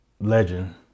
legend